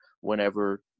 whenever